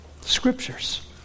scriptures